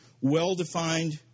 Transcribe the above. well-defined